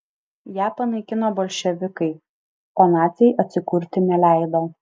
ją panaikino bolševikai o naciai atsikurti neleido